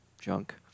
junk